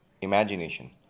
Imagination